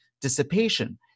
dissipation